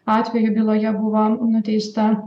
atveju byloje buvo nuteista